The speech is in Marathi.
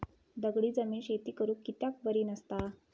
दगडी जमीन शेती करुक कित्याक बरी नसता?